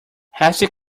hasty